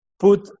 Put